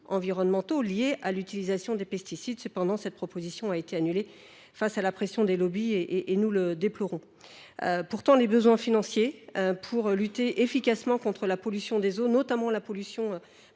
environnementaux liés à l’utilisation des pesticides. Cependant, cette proposition a été annulée sous la pression des lobbies ; nous le déplorons. Pourtant, les besoins financiers pour lutter efficacement contre la pollution des eaux, notamment par les